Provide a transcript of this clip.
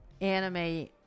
anime